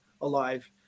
alive